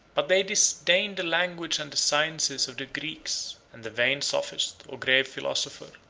but they disdained the language and the sciences of the greeks and the vain sophist, or grave philosopher,